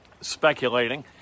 speculating